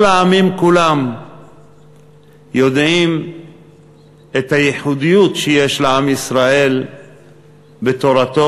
כל העמים כולם יודעים את הייחודיות שיש לעם ישראל בתורתו,